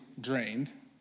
drained